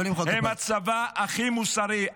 -- הם הצבא הכי מוסרי.